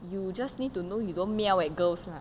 you just need to know you don't meow at girls lah